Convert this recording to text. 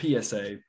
PSA